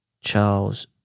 Charles